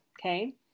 Okay